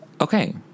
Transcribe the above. Okay